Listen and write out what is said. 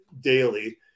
daily